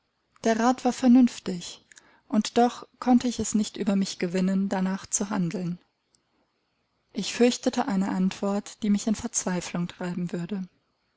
der rat war vernünftig und doch konnte ich es nicht über mich gewinnen danach zu handeln ich fürchtete eine antwort die mich in verzweiflung treiben würde